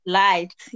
light